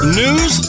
news